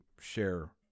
share